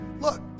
look